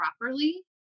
properly